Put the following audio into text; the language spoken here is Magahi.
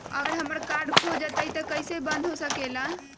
अगर हमर कार्ड खो जाई त इ कईसे बंद होकेला?